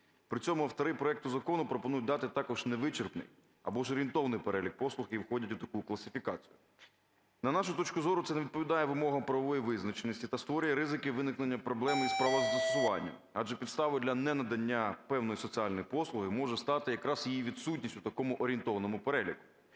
При цьому автори тексту закону пропонують дати також невичерпний або ж орієнтовний перелік послуг, які входять у таку класифікацію. На нашу точку зору, це не відповідає вимогам правової визначеності та створює ризики виникнення проблеми із правозастосуванням, адже підставою для ненадання певної соціальної послуги може стати якраз її відсутність у такому орієнтовному переліку.